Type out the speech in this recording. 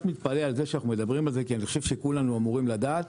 מתפלא על זה שאנחנו מדברים על זה כי אני חושב שכולנו אמורים לדעת